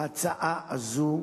ההצעה הזאת,